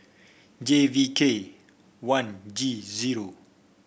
J V K one G zero